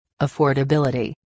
affordability